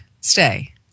stay